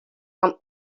and